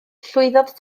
llwyddodd